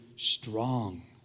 strong